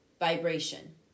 vibration